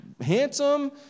handsome